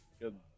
good